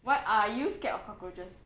why are you scared of cockroaches